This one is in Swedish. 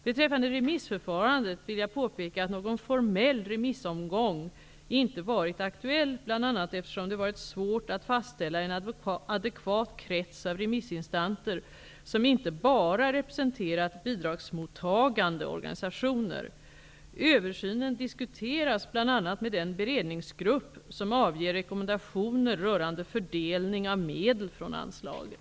Beträffande remissförfarandet vill jag påpeka att någon formell remissomgång inte varit aktuell, bl.a. eftersom det varit svårt att fastställa en adekvat krets av remissinstanser som inte bara representerat bidragsmottagande organisationer. Översynen diskuteras bl.a. med den beredningsgrupp som avger rekommendationer rörande fördelning av medel från anslaget.